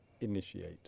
initiate